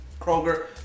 kroger